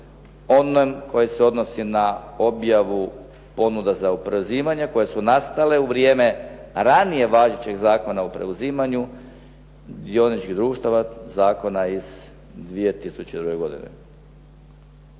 onom koji se odnosi na objavu ponuda za oporezivanje koje su nastale u vrijeme ranije važećeg Zakona o preuzimanju dioničkih društava, zakona iz 2002. godine.